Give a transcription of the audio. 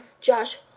Josh